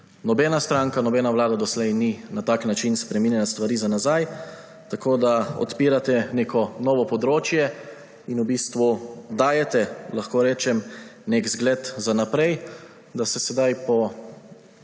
Nobena stranka, nobena vlada doslej ni na tak način spreminjala stvari za nazaj, tako da odpirate neko novo področje in v bistvu dajete, lahko rečem, zgled za naprej, da se po tem,